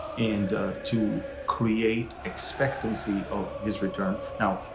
and to create expectancy of his return. now,